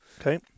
Okay